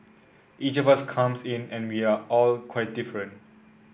each of us comes in and we are all quite different